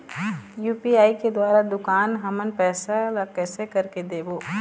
UPI के द्वारा दुकान हमन के पैसा ला कैसे कर के देबो?